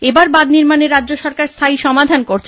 এবার বাঁধ নির্মানে রাজ্য সরকার স্থায়ী সমাধান করছে